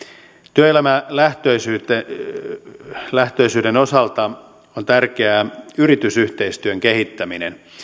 työelämälähtöisyyden osalta on tärkeää yritysyhteistyön kehittäminen